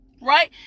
right